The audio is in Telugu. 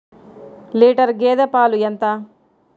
లీటర్ గేదె పాలు ఎంత?